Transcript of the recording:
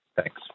Thanks